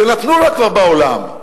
שנתנו לה כבר בעולם,